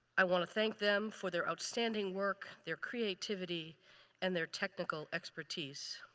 i want to thank them for their outstanding work, their creativity and their technical expertise.